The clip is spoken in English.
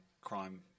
crime